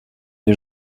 les